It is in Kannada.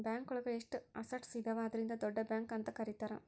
ಬ್ಯಾಂಕ್ ಒಳಗ ಎಷ್ಟು ಅಸಟ್ಸ್ ಇದಾವ ಅದ್ರಿಂದ ದೊಡ್ಡ ಬ್ಯಾಂಕ್ ಅಂತ ಕರೀತಾರೆ